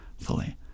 fully